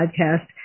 podcast